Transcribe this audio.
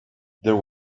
there